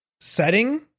setting